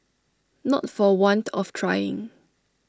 not for want of trying